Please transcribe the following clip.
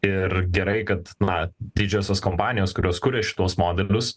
ir gerai kad na didžiosios kompanijos kurios kuria šituos modelius